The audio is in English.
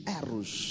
erros